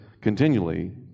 continually